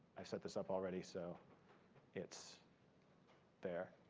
i set this up already, so it's there.